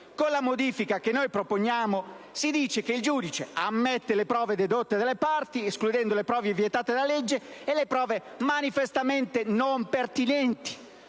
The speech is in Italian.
con la modifica proposta in questo provvedimento si dice che il giudice ammette le prove dedotte dalle parti escludendo le prove vietate dalla legge e le prove manifestamente non pertinenti.